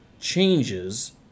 changes